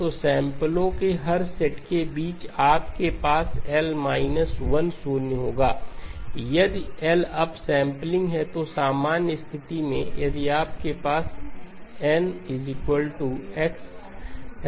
तो सैंपलो के हर सेट के बीच आपके पास L 1 शून्य होगा यदि L अपस्मैपलिंग है तो सामान्य स्थिति में यदि आपके पास y2n x nL है